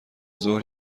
ظهر